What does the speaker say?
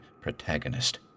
protagonist